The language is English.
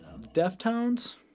Deftones